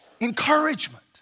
encouragement